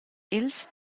els